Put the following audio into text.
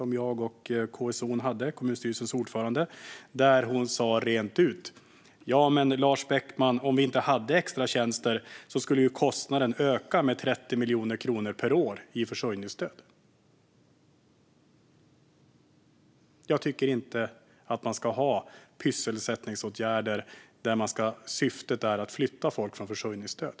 I en debatt som jag och kommunstyrelsens ordförande hade sa hon rent ut: Ja, men om vi inte hade extratjänster skulle ju kostnaden öka med 30 miljoner kronor per år i försörjningsstöd, Lars Beckman. Jag tycker inte att man ska ha pysselsättningsåtgärder där syftet är att flytta folk från försörjningsstöd.